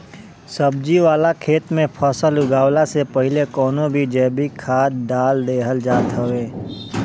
सब्जी वाला खेत में फसल उगवला से पहिले कवनो भी जैविक खाद डाल देहल जात हवे